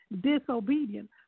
disobedient